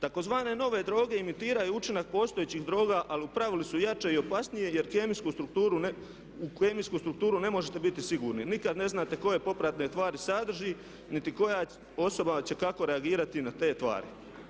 Tzv. nove droge imitiraju učinak postojećih droga ali u pravilu su jače i opasnije jer u kemijsku strukturu ne možete biti sigurni jer nikad ne znate koje popratne tvari sadrži niti koja osoba će kako reagirati na te tvari.